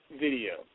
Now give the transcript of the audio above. video